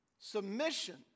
submission